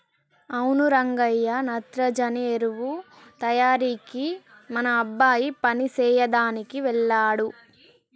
అవును రంగయ్య నత్రజని ఎరువు తయారీకి మన అబ్బాయి పని సెయ్యదనికి వెళ్ళాడు